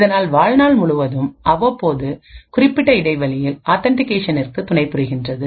இதனால் வாழ்நாள் முழுவதும் அவ்வப்போதுகுறிப்பிட்ட இடைவெளியில் ஆத்தன்டிகேஷனிற்கு துணைபுரிகிறது